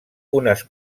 unes